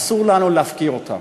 אסור לנו להפקיר אותם,